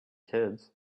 kids